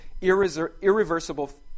irreversible